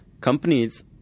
companies